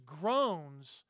groans